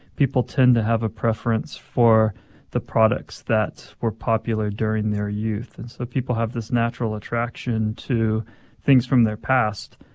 people tend to have a preference for the products that were popular during their youth. and so people have this natural attraction to things from their past.